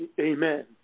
amen